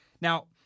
Now